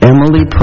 Emily